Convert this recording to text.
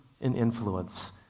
influence